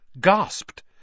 gasped